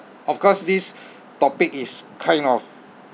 of course this topic is kind of